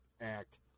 act